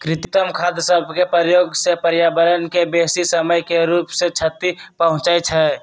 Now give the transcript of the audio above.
कृत्रिम खाद सभके प्रयोग से पर्यावरण के बेशी समय के रूप से क्षति पहुंचइ छइ